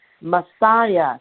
Messiah